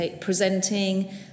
presenting